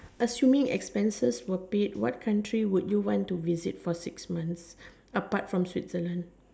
assuming expenses were paid what country would you want to visit for six months apart from Switzerland